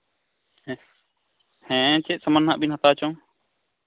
ᱦᱮᱸ ᱪᱮᱫ ᱥᱟᱢᱟᱱ ᱦᱟᱸᱜ ᱵᱤᱱ ᱦᱟᱛᱟᱣ ᱪᱚᱝ